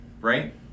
right